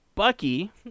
Bucky